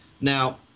now